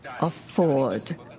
afford